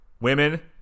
Women